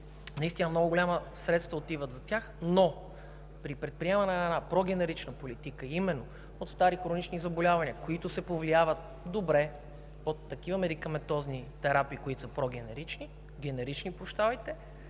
отиват много големи средства, но при предприемане на една прогенерична политика, именно от стари хронични заболявания, които се повлияват добре от такива медикаментозни терапии, които са генерични, мисля,